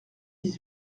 dix